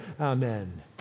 Amen